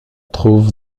trouve